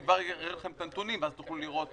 אני כבר אראה לכם את הנתונים ואז תוכלו לראות.